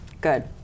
Good